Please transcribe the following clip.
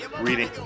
reading